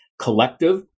collective